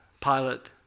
Pilate